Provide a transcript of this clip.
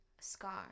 Scar